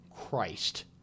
Christ